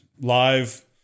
live